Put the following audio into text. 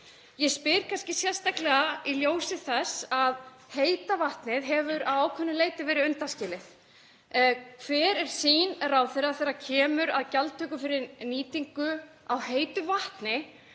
Ég spyr kannski sérstaklega í ljósi þess að heita vatnið hefur að ákveðnu leyti verið undanskilið: Hver er sýn ráðherra þegar kemur að gjaldtöku fyrir nýtingu á heitu vatni,